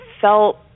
felt